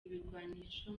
ibirwanisho